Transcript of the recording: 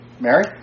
Mary